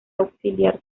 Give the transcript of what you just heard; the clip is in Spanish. auxiliar